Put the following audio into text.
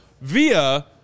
via